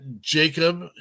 jacob